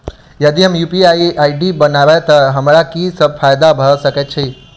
यदि हम UPI ID बनाबै तऽ हमरा की सब फायदा भऽ सकैत अछि?